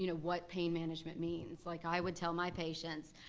you know what pain management means. like i would tell my patients,